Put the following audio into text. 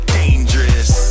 dangerous